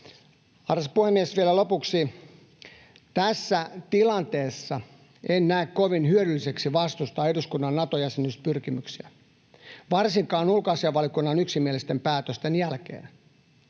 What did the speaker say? Arvoisa puhemies! Vielä lopuksi: Tässä tilanteessa en näe kovin hyödylliseksi vastustaa eduskunnan Nato-jäsenyyspyrkimyksiä, varsinkaan ulkoasiainvaliokunnan yksimielisten päätösten jälkeen.